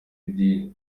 idini